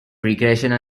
recreational